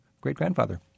great-grandfather